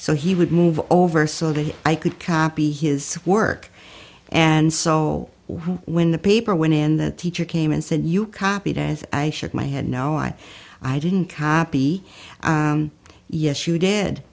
so he would move over so that i could copy his work and soul when the paper when the teacher came and said you copied as i shook my head no i i didn't copy yes you did